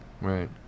Right